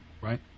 Right